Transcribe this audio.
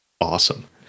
awesome